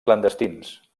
clandestins